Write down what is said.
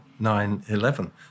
9-11